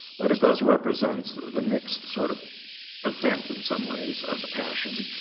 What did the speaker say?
but it does represent the next sort of event, in some ways, of the passion.